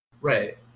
right